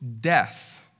death